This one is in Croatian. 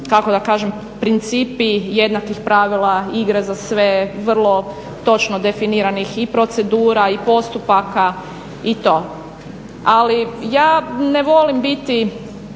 principi jednakih pravila, igra za sve, vrlo točno definiranih i procedura i postupaka i to. Ali ja ne volim biti